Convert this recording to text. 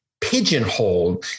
pigeonhole